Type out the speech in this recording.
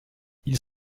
ils